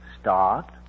Start